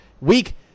week